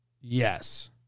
Yes